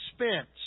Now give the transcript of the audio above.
expense